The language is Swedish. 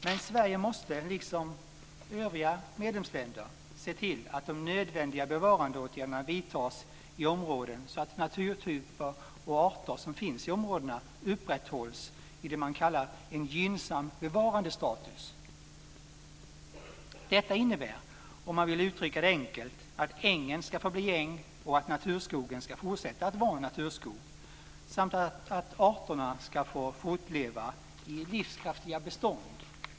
Men Sverige måste, liksom övriga medlemsländer, se till att de nödvändiga bevarandeåtgärderna vidtas i områdena så att de naturtyper och arter som finns i områdena upprätthålls i det man kallar en gynnsam bevarandestatus. Om man vill uttrycka det enkelt innebär detta att ängen ska förbli äng och att naturskogen ska fortsätta att vara naturskog samt att arterna ska få fortleva i livskraftiga bestånd.